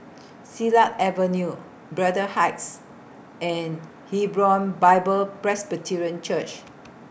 Silat Avenue Braddell Heights and Hebron Bible Presbyterian Church